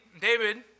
David